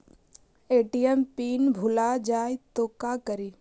ATM PIN भुला जाए तो का करी?